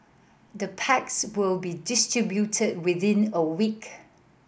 the packs will be distributed within a week